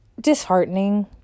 disheartening